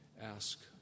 ask